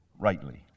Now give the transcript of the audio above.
rightly